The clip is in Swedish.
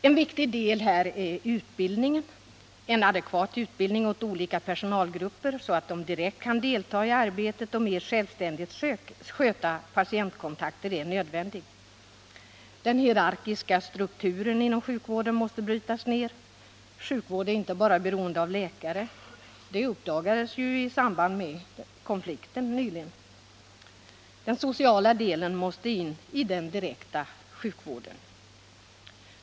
En viktig del är utbildningen. En adekvat utbildning åt olika personalgrupper, så att de direkt kan delta i arbetet och mer självständigt sköta patientkontakterna, är nödvändig. Den hierarkiska strukturen inom sjukvården måste brytas ned. Sjukvård är inte bara beroende av läkare — det uppdagades ju i samband med konflikten nyligen. Den sociala delen måste in i den direkta sjukvården.